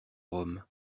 rhum